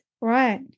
Right